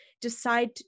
decide